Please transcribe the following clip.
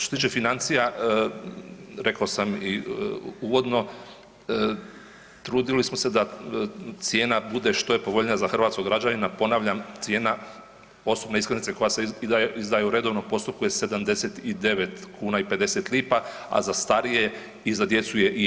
Što se tiče financija, rekao sam i uvodno, trudili smo se da cijena bude što je povoljnija za hrvatskog građanima, ponavljam cijena osobne iskaznice koja se izdaje u redovnom postupku je 70,50 kuna, a za starije i za djecu je jeftinija.